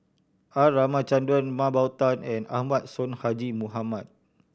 R Ramachandran Mah Bow Tan and Ahmad Sonhadji Mohamad